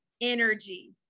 energy